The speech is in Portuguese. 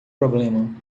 problema